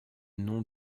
nom